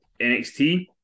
NXT